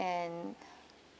and